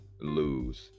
lose